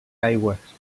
aigües